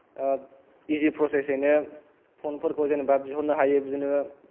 इजि फ्रसेसयैनो फनफोरखौ जेन'बा बिहरनो हायो बिदिनो